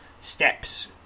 steps